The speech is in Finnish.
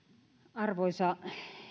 arvoisa